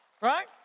Right